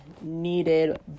needed